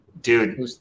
Dude